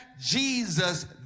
Jesus